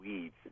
weeds